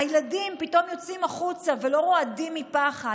הילדים פתאום יוצאים החוצה ולא רועדים מפחד,